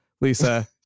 Lisa